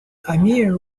amir